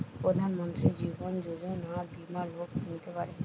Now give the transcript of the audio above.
প্রধান মন্ত্রী জীবন যোজনা বীমা লোক কিনতে পারে